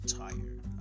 tired